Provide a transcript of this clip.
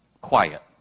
quiet